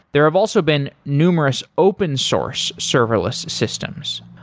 there have also been numerous open source serverless systems.